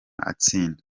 atsinda